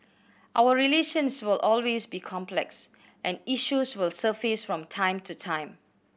our relations will always be complex and issues will surface from time to time